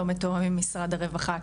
לא מתואמים עם משרד הרווחה,